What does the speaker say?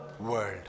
world